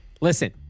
Listen